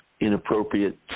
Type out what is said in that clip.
inappropriate